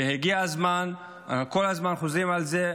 והגיע הזמן, אנחנו כל הזמן חוזרים על זה.